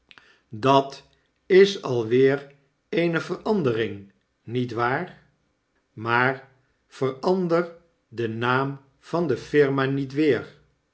dat is alweer eene verandering niet waar maar verander den naam van de firma niet weer